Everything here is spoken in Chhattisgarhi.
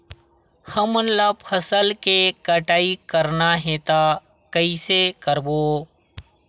हमन ला फसल के कटाई करना हे त कइसे करबो?